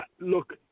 Look